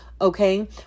Okay